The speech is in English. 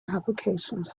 applications